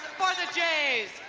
for the jays.